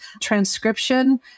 Transcription